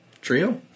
Trio